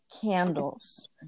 candles